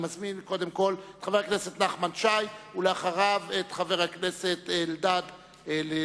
קובע שחבר הכנסת עתניאל שנלר וחבר הכנסת אופיר אקוניס יהיו סגני יושב-ראש